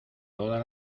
todas